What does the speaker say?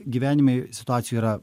gyvenime situacijų yra